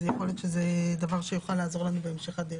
יכול להיות שזה דבר שיוכל לעזור לנו בהמשך הדרך.